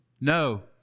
No